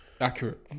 accurate